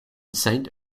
saint